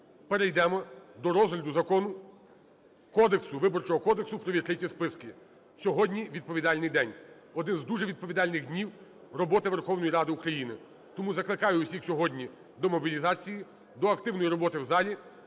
перейдемо до розгляду закону, кодексу, Виборчого кодексу про відкриті списки. Сьогодні відповідальний день, один з дуже відповідальних днів роботи Верховної Ради України. Тому закликаю усіх сьогодні до мобілізації, до активної роботи в залі.